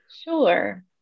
Sure